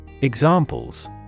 Examples